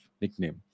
nickname